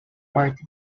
party